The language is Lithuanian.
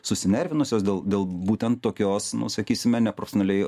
susinervinusios dėl dėl būtent tokios sakysime neprofesionaliai